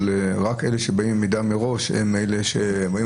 אבל רק אלה שבאים עם מידע מראש הם אלה ש הם היו